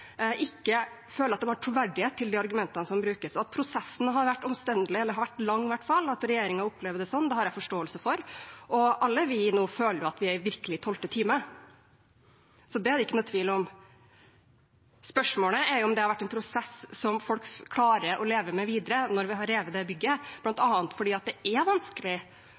ikke føler at det var troverdighet i de argumentene som brukes. Prosessen har vært omstendelig – den har i hvert fall vært lang. At regjeringen opplever det slik, har jeg forståelse for, og alle vi føler at vi nå virkelig er i tolvte time – det er det ingen tvil om. Spørsmålet er om det har vært en prosess som folk klarer å leve med videre når vi har revet dette bygget, bl.a. fordi det er vanskelig